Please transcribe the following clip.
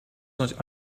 not